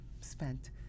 spent